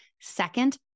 Second